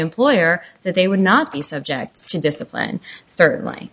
employer that they would not be subject to discipline certainly